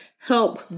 help